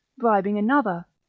bribing another,